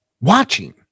watching